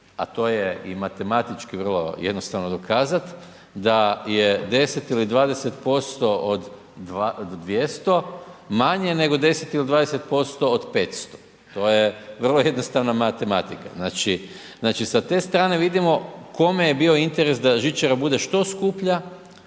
a to je i matematički vrlo jednostavno dokazat da je 10 ili 20% od 200 manje, nego 10 ili 20% od 500, to je vrlo jednostavna matematika, znači, znači sa te strane vidimo kome je bio interes da žičara bude što skuplja